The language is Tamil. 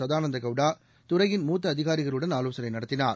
கதானந்த கவுடா துறையின் மூத்த அதிகாரிகளுடன் ஆலோசனை நடத்தினார்